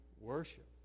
worship